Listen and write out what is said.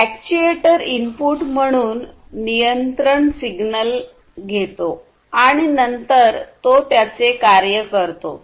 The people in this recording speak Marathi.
अॅक्ट्युएटर इनपुट म्हणून नियंत्रण सिग्नल घेतो आणि नंतर तो त्याचे कार्य करतो